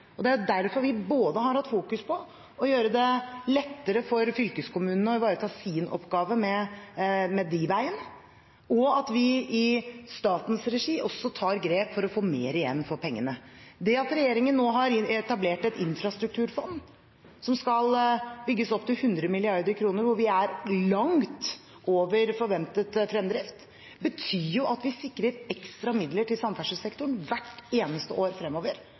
Det er derfor vi har fokusert på både å gjøre det lettere for fylkeskommunene å ivareta sine oppgaver med veiene og at vi i statens regi også tar grep for å få mer igjen for pengene. Det at regjeringen nå har etablert et infrastrukturfond som skal bygges opp til 100 mrd. kr, hvor vi er langt over forventet fremdrift, betyr at vi sikrer ekstra midler til samferdselssektoren hvert eneste år fremover,